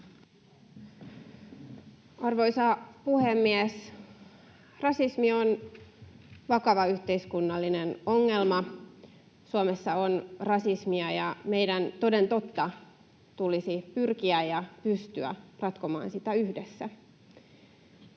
Arvoisa puhemies! Rasismi on vakava yhteiskunnallinen ongelma. Suomessa on rasismia, ja meidän toden totta tulisi pyrkiä ja pystyä ratkomaan sitä yhdessä.